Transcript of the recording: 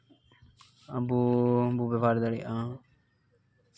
ᱟᱵᱚ ᱵᱚ ᱵᱮᱵᱚᱦᱟᱨ ᱫᱟᱲᱮᱜᱼᱟ